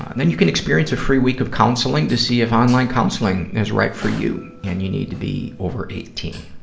then you can experience a free week of counseling to see if online counseling in right for you. and you need to be over eighteen.